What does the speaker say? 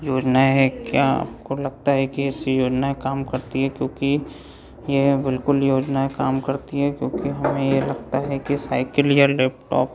योजना है क्या आपको लगता है कि इस योजना काम करती है क्योंकि यह बिल्कुल योजना काम करती है क्योंकि हमें यह लगता है कि साइकिल या लैपटॉप